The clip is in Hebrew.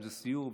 בסיור,